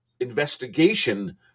investigation